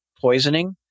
poisoning